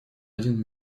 один